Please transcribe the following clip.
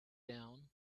down